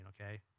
okay